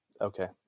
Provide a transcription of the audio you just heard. Okay